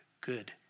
good